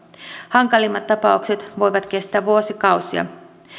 hankalimmat tapaukset voivat kestää vuosikausia